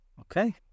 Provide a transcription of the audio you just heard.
Okay